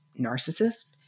narcissist